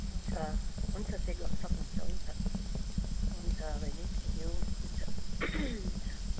हुन्छ हुन्छ चेक गर्नु सक्नुहुन्छ हुन्छ हुन्छ बहिनी थ्याङ्क यु हुन्छ हुन्छ